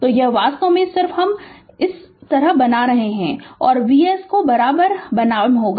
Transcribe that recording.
तो यह वास्तव में सिर्फ हम इसे इस तरह बनारहे है और Vs बनाम होगा